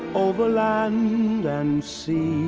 over land and sea